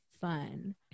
fun